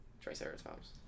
Triceratops